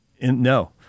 No